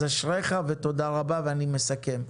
אשריך ותודה רבה, ואני מסכם.